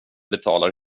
betalar